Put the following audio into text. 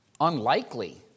unlikely